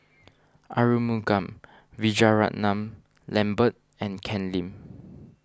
Arumugam Vijiaratnam Lambert and Ken Lim